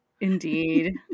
Indeed